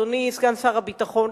אדוני סגן שר הביטחון,